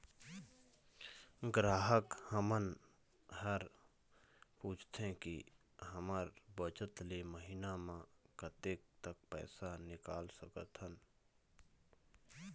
ग्राहक हमन हर पूछथें की हमर बचत ले महीना मा कतेक तक पैसा निकाल सकथन?